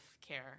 care